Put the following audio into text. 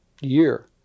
year